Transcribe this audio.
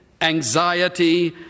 anxiety